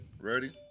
ready